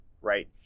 right